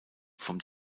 vom